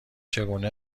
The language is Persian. چگونه